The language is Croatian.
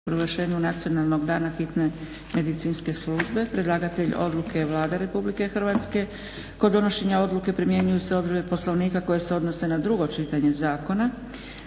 o proglašenju "Nacionalnog dana hitne medicinske službe" Predlagatelj odluke je Vlada Republike Hrvatske. Kod donošenja odluke primjenjuju se odredbe Poslovnika koje se odnose na drugo čitanje zakona.